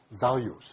values